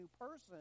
person